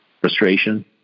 frustration